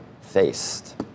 faced